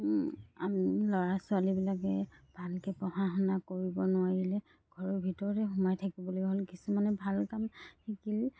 আমি ল'ৰা ছোৱালীবিলাকে ভালকৈ পঢ়া শুনা কৰিব নোৱাৰিলে ঘৰৰ ভিতৰতে সোমাই থাকিবলগীয়া হ'ল কিছুমানে ভাল কাম শিকিলে